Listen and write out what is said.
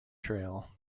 trail